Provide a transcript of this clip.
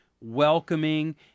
welcoming